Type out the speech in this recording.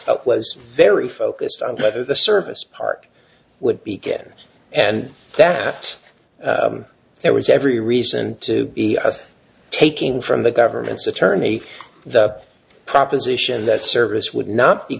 was very focused on whether the service part would be good and that there was every reason to be taking from the government's attorney the proposition that service would not be